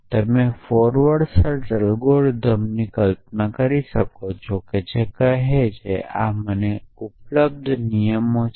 તમે forward search એલ્ગોરિધમની કલ્પના કરી શકો છો જે કહે છે કે આ મને ઉપલબ્ધ નિયમ છે